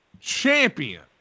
champion